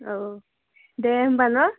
औ दे होनबा ना